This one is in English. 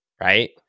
right